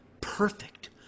perfect